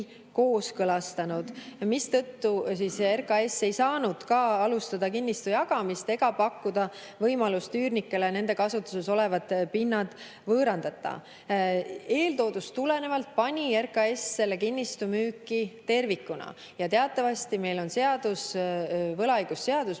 kooskõlastanud. Seetõttu ei saanud RKAS ka alustada kinnistu jagamist ega pakkuda võimalust üürnikele nende kasutuses olevad pinnad võõrandada. Eeltoodust tulenevalt pani RKAS selle kinnistu müüki tervikuna ja teatavasti meil on seadus, võlaõigusseadus,